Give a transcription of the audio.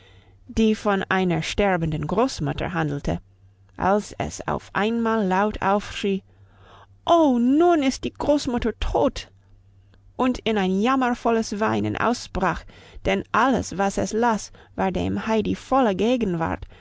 die von einer sterbenden großmutter handelte als es auf einmal laut aufschrie oh nun ist die großmutter tot und in ein jammervolles weinen ausbrach denn alles was es las war dem heidi volle gegenwart